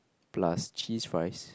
plus cheese fries